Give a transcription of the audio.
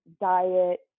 diet